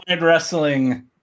Wrestling